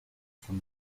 from